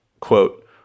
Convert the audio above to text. quote